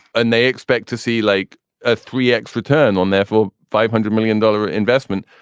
and they expect to see like a three x return on their four or five hundred million dollar investment.